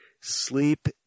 sleep